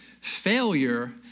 Failure